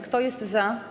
Kto jest za?